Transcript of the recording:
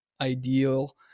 ideal